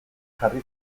jarri